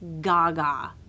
gaga